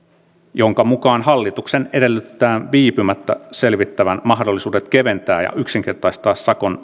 jonka mukaan hallituksen edellytetään viipymättä selvittävän mahdollisuudet keventää ja yksinkertaistaa sakon